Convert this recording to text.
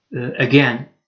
again